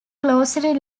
closely